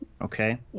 Okay